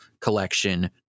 collection